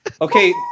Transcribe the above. Okay